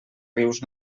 rius